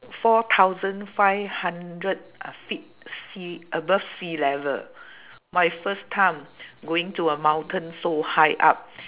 four thousand five hundred uh feet sea above sea level my first time going to a mountain so high up